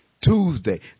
Tuesday